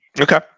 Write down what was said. Okay